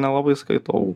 nelabai skaitau